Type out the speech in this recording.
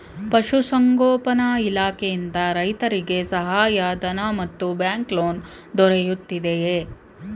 ಪಶು ಸಂಗೋಪನಾ ಇಲಾಖೆಯಿಂದ ರೈತರಿಗೆ ಸಹಾಯ ಧನ ಮತ್ತು ಬ್ಯಾಂಕ್ ಲೋನ್ ದೊರೆಯುತ್ತಿದೆಯೇ?